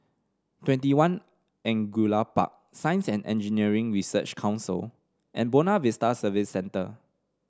TwentyOne Angullia Park Science And Engineering Research Council and Buona Vista Service Centre